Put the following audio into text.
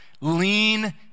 Lean